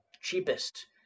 cheapest